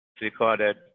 recorded